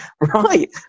right